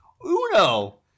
Uno